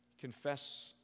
Confess